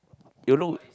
yolo